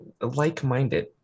like-minded